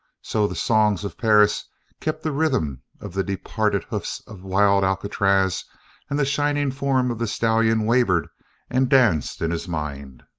so the songs of perris kept the rhythm of the departed hoofs of wild alcatraz and the shining form of the stallion wavered and danced in his mind.